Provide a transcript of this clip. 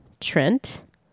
Trent